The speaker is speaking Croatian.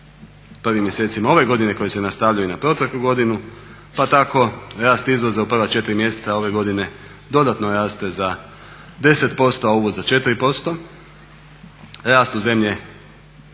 prvim mjesecima ove godine koji se nastavljaju i na proteklu godinu. Pa tako rast izvoza u prva četiri mjeseca ove godine dodatno raste za 10% a uvoz za 4%. Rastu zemlje